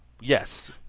Yes